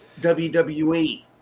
WWE